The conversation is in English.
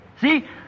See